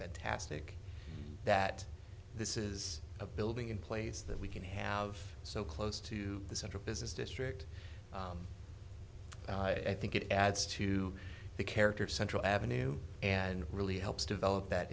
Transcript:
fantastic that this is a building in place that we can have so close to the central business district i think it adds to the character central avenue and really helps develop that